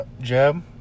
Jeb